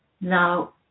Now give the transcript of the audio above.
Now